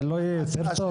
האם זה לא יהיה יותר טוב?